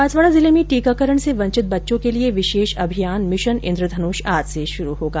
बांसवाड़ा जिले में टीकाकरण से वंचित बच्चों के लिये विशेष अभियान मिशन इन्द्रधुनष आज से शुरू होगा